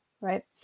right